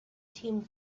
tim